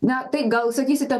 na tai gal sakysite